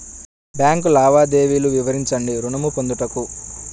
Bank లావాదేవీలు వివరించండి ఋణము పొందుటకు?